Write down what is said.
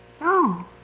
No